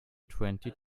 twenty